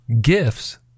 gifts